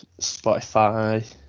spotify